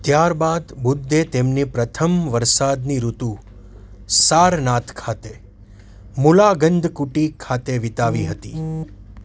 ત્યારબાદ બુદ્ધે તેમની પ્રથમ વરસાદની ઋતુ સારનાથ ખાતે મુલાગંધકુટી ખાતે વીતાવી હતી